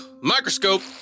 microscope